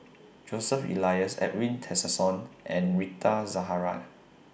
Joseph Elias Edwin Tessensohn and Rita Zahara